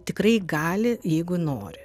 tikrai gali jeigu nori